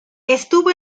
estuvo